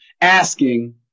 asking